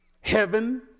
heaven